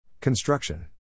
Construction